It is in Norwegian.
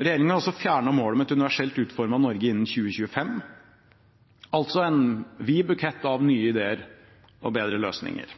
Regjeringen har også fjernet målet om et universelt utformet Norge innen 2025, altså en vid bukett av nye ideer og bedre løsninger.